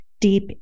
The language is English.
deep